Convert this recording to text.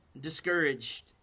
discouraged